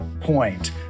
point